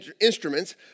instruments